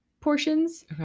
portions